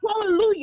hallelujah